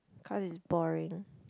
cause it's boring